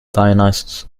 dionysus